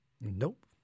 Nope